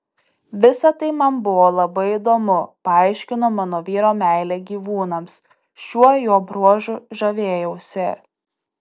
visa tai man buvo labai įdomu paaiškino mano vyro meilę gyvūnams šiuo jo bruožu žavėjausi